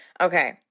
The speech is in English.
Okay